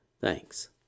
Thanks